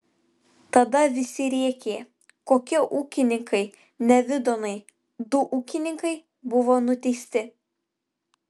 tada visi rėkė kokie ūkininkai nevidonai du ūkininkai buvo nuteisti